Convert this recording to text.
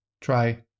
Try